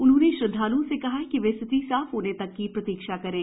उन्होंने श्रद्धाल्ओं से कहा कि वे स्थिति साफ होने तक प्रतीक्षा करें